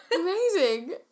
Amazing